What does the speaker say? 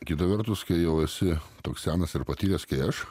kita vertus kai jau esi toks senas ir patyręs kai aš